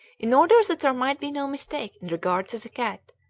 in order that there might be no mistake in regard to the cat,